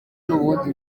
nubundi